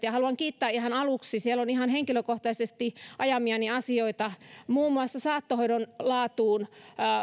ja haluan kiittää ihan aluksi sillä siellä on henkilökohtaisesti ajamiani asioita muun muassa saattohoidon